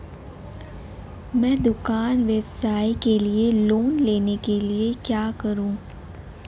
मैं दुकान व्यवसाय के लिए लोंन लेने के लिए क्या करूं?